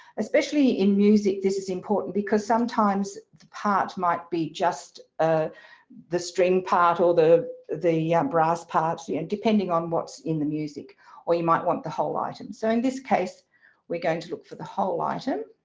especially in music. this is important because sometimes the part might be just ah the string part or the the brass parts you know and depending on what's in the music or you might want the whole item so in this case we're going to look for the whole item